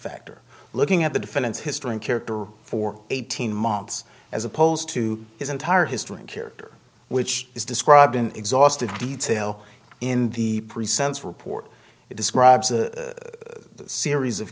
factor looking at the defendant's history and character for eighteen months as opposed to his entire history in character which is described in exhaustive detail in the report it describes a series of